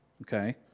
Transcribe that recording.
okay